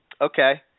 Okay